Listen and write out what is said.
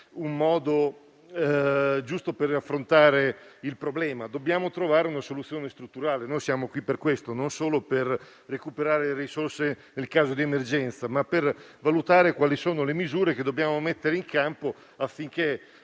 il modo giusto per affrontare il problema, dobbiamo trovare una soluzione strutturale. Siamo qui non solo per recuperare le risorse nei casi di emergenza, ma per valutare quali sono le misure che dobbiamo mettere in campo affinché